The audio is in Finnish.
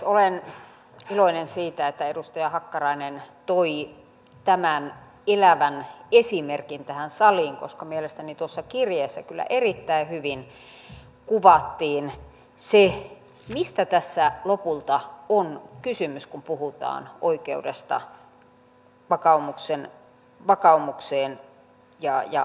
olen iloinen siitä että edustaja hakkarainen toi tämän elävän esimerkin tähän saliin koska mielestäni tuossa kirjeessä kyllä erittäin hyvin kuvattiin se mistä tässä lopulta on kysymys kun puhutaan oikeudesta vakaumukseen ja omantunnonvapaudesta